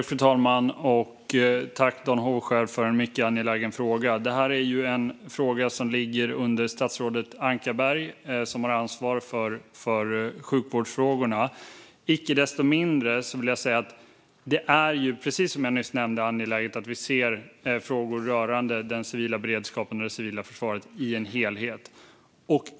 Fru talman! Tack, Dan Hovskär, för en mycket angelägen fråga! Det här är en fråga som ligger under statsrådet Ankarberg Johansson, som har ansvar för sjukvårdsfrågorna. Icke desto mindre vill jag säga att det är, precis som jag nyss nämnde, angeläget att vi ser frågor rörande den civila beredskapen och det civila försvaret i en helhet.